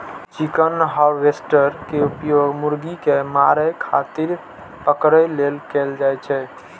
chicken harvester के उपयोग मुर्गी कें मारै खातिर पकड़ै लेल कैल जाइ छै